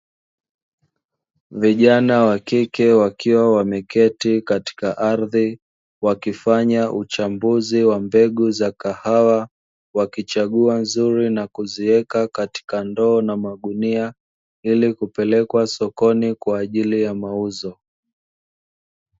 Vijana wa kike wakiwa wameketi katika ardhi, wakifanya uchambuzi wa mbegu za kahawa, wakichagua nzuri na kuziweka katika ndoo na magunia, ili kupelekwa sokoni kwa ajili ya mauzo.